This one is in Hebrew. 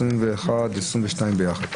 21 ו-22 ביחד.